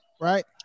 right